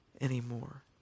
anymore